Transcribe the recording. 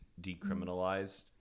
decriminalized